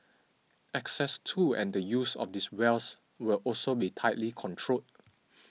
access to and the use of these wells will also be tightly controlled